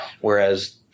whereas